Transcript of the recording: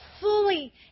fully